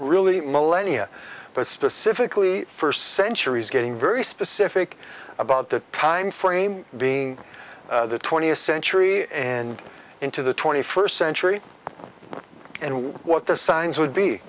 really millennia but specifically for centuries getting very specific about that time frame being the twentieth century and into the twenty first century and what the signs would be